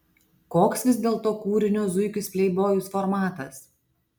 koks vis dėlto kūrinio zuikis pleibojus formatas